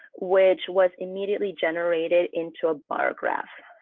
which was immediately generated into a bar graph.